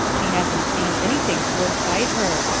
she hasn't seen anything to excite her.